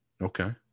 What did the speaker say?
Okay